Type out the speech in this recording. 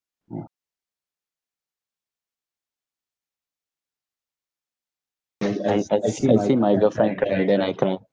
I see my girlfriend cry then I cry